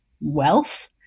wealth